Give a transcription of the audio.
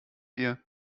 dir